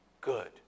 good